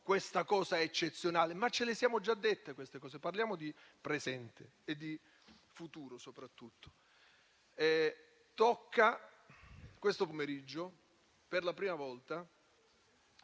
una cosa eccezionale. Ma ce le siamo già dette queste cose; parliamo di presente e soprattutto di futuro. Questo pomeriggio, per la prima volta,